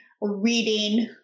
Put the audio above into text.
reading